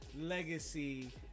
legacy